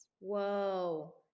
Whoa